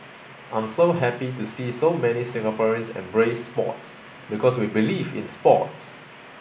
I'm so happy to see so many Singaporeans embrace sports because we believe in sport